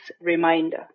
reminder